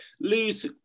lose